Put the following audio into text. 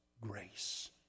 grace